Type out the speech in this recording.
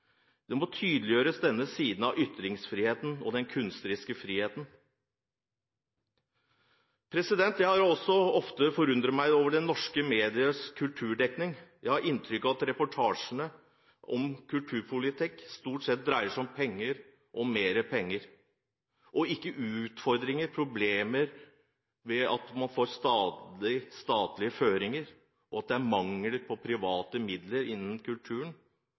Denne siden av ytringsfriheten og den kunstneriske friheten må tydeliggjøres. Jeg har ofte forundret meg over norske mediers kulturdekning. Jeg har inntrykk av at reportasjene om kulturpolitikk stort sett dreier seg om penger – og mer penger – ikke om utfordringer og problemer ved at man stadig får statlige føringer, eller om mangel på private midler innen kulturen,